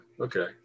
Okay